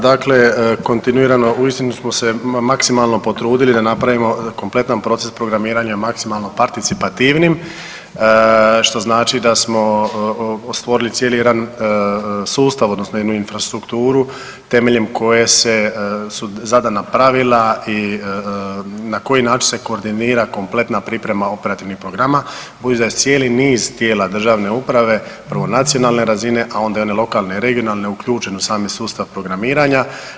Dakle, kontinuirano uistinu smo se maksimalno potrudili da napravimo kompletan proces programiranja maksimalno participativnim što znači da smo stvorili cijeli jedan sustav odnosno imamo infrastrukturu temeljem koje su zadana pravila i na koji način se koordinira kompletna priprema operativnih programa budući da je cijeli niz tijela državne uprave prvo nacionalne razine, a onda i one lokalne i regionalne uključen u sami sustav programiranja.